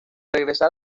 regresar